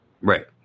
right